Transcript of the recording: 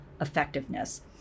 effectiveness